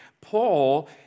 Paul